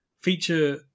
feature